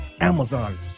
Amazon